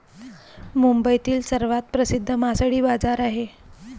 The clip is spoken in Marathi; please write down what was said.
मुंबईतील सर्वात प्रसिद्ध मासळी बाजार आहे